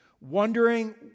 wondering